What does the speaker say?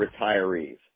retirees